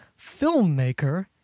filmmaker